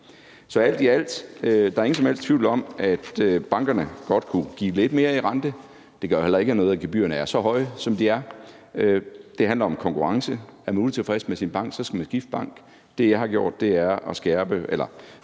Så alt i alt er der ingen som helst tvivl om, at bankerne godt kunne give lidt mere i rente. Det kan jo heller ikke nytte noget, at gebyrerne er så høje, som de er. Det handler om konkurrence. Er man utilfreds med sin bank, skal man skifte bank. Det, jeg har gjort, er, at jeg har